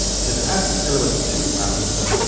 so to add some elements to our footer,